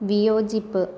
വിയോജിപ്പ്